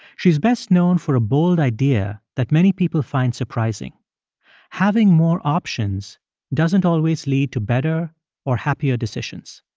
she's best known for a bold idea that many people find surprising having more options doesn't always lead to better or happier decisions.